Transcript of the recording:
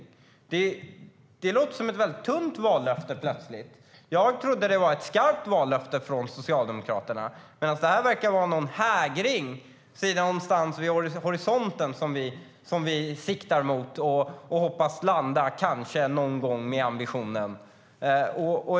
Det låter plötsligt som ett mycket tunt vallöfte. Jag trodde att det var ett skarpt vallöfte från Socialdemokraterna. Men det verkar vara någon hägring någonstans vid horisonten som de siktar mot och hoppas att landa på kanske någon gång - det är ambitionen.